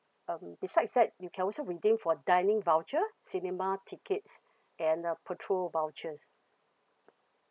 um besides you can also redeem for dining voucher cinema tickets and uh petrol vouchers